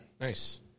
Nice